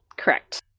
Correct